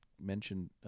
mentioned